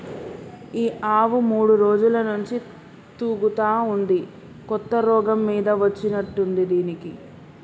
ఈ ఆవు మూడు రోజుల నుంచి తూగుతా ఉంది కొత్త రోగం మీద వచ్చినట్టుంది దీనికి